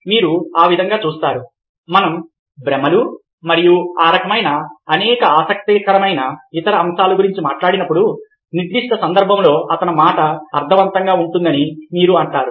మీరు ఆ విధంగా చూస్తారు మనం భ్రమలు మరియు ఆ రకమైన అనేక ఆసక్తికరమైన ఇతర విషయాల గురించి మాట్లాడినప్పుడు నిర్దిష్ట సందర్భంలో అతని మాట అర్ధవంతంగా ఉంటుందని మీరు అంటారు